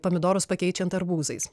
pomidorus pakeičiant arbūzais